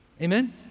Amen